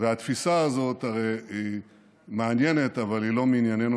התפיסה הזאת הרי מעניינת אבל היא לא מענייננו,